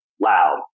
loud